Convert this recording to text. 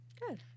good